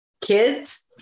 Kids